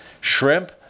shrimp